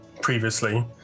previously